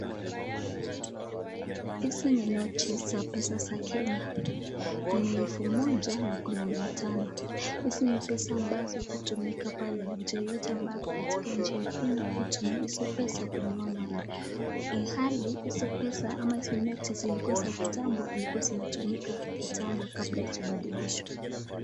Hizi ni noti za pesa za Kenya. Kuna elfu moja na kuna mia tano. Hizi ni pesa ambazo hutumika pale mtu yeyote ambaye ako katika nchi ya Kenya utumia hizo pesa kununua mali. Ilhali hizo pesa ama hizo noti zilikuwa za kitambo ilikuwa zinatumika kitambo kabla haijabadilishwa.